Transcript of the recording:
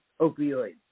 opioids